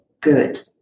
good